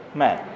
man